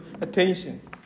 attention